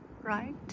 right